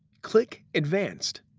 click advanced.